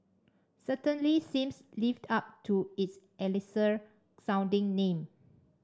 certainly seems lives up to its elixir sounding name